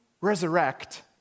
resurrect